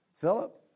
Philip